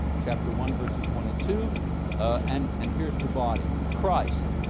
chapter one, verses one and two. and and here's the body christ,